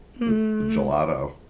Gelato